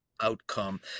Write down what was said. outcome